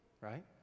right